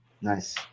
nice